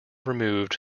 removed